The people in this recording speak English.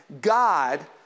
God